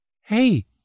Hey